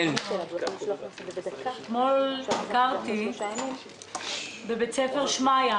אתמול ביקרתי בבית ספר שמעיה